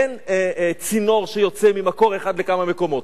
אין צינור שיוצא ממקור אחד לכמה מקומות.